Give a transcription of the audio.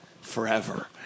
forever